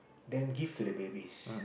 then give to the babies